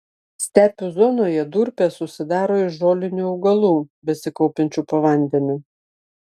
stepių zonoje durpės susidaro iš žolinių augalų besikaupiančių po vandeniu